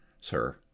Sir